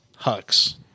Hux –